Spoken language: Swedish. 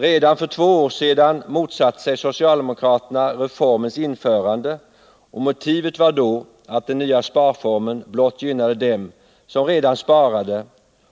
Redan för två år sedan motsatte sig socialdemokraterna reformens införande, och motivet var då att de nya sparformerna blott gynnade dem som redan sparade